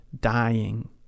dying